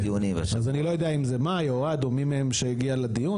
אז אני לא יודע אם זאת מאי או אוהד או מי מהם שהגיע לדיון,